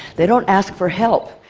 they don't ask for help.